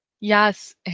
yes